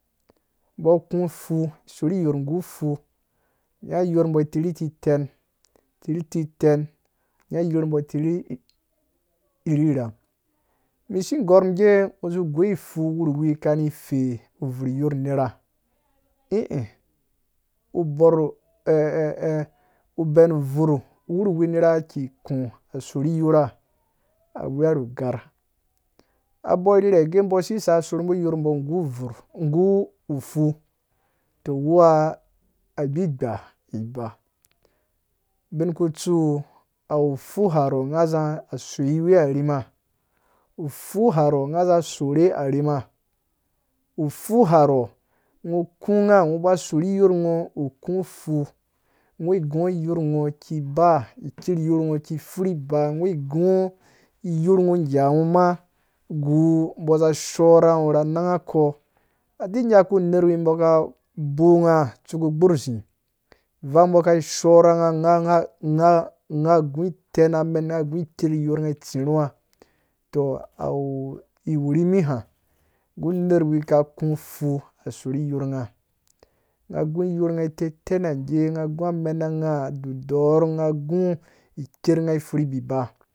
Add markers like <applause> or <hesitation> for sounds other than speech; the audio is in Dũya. Mbɔ kũ fu, isorhi yorh ngu fu nya iyorh mbɔ itirhi titen tirhi titen, nya iyorh mbɔ tirhi rhirhang si ngɔrh mum ngɔ ga ngɔ zi goi uffu wurhuwi kani fife ubvurh iyorh nerha ii uborh <hesitation> uben ubvurh wurhuwi nerha ki ku asorhi iyorha aweya nu ugarh abo irhirhe age mbɔ sisaka sorhimbo iyorh mbɔ ngau ubvurh nggu ufu to, uwuha awu gbigba igba ubin kutsu awu ufu harɔ za soiwe arhima, ufuharɔ nga za sorhe arhima, ufuharɔ ngɔ ku ngo ba sorhi iyorh ngo uku ufu, ngoi nggungu iyorh ngo ki ba iker, iyorh ngo ki furhi ba ngoi nggungo igango ma gu mbo za shorhanga na nanga ko. awurhi nyaku unerhwi mbɔ ka bow nga tsuku gborh uzi ivang mbo ka shoranga nga nga gu itɛnamen na gu ikerh iyorh nga tsi rhuwa tɔ awurhimiha nggu unerhwi ka ku fu asorhiyorh nga gu iyorh nga iteitenange nga gu amenanga idiorh nga gu ikerh nga ifurhi biba